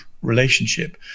relationship